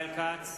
ישראל כץ,